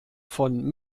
von